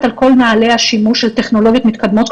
על כל נהלי השימוש של טכנולוגיות מתקדמות,